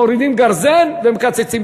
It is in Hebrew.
מורידים גרזן ומקצצים,